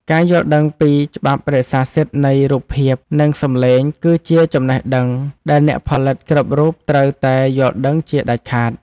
ការយល់ដឹងពីច្បាប់រក្សាសិទ្ធិនៃរូបភាពនិងសំឡេងគឺជាចំណេះដឹងដែលអ្នកផលិតគ្រប់រូបត្រូវតែយល់ដឹងជាដាច់ខាត។